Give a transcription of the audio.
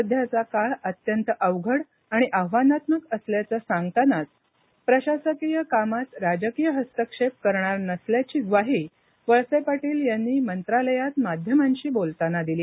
सध्याचा काळ अत्यंत अवघड आणि आव्हानात्मक असल्याचं सांगतानाच प्रशासकीय कामात राजकीय हस्तक्षेप करणार नसल्याची ग्वाही वळसे पाटील यांनी मंत्रालयात माध्यमांशी बोलताना दिली